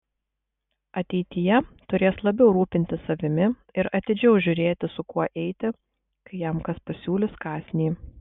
ateityje turės labiau rūpintis savimi ir atidžiau žiūrėti su kuo eiti kai jam kas pasiūlys kąsnį